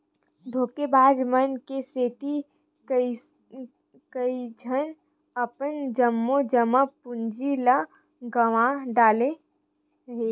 धोखेबाज मन के सेती कइझन अपन जम्मो जमा पूंजी ल गंवा डारे हे